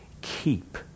keep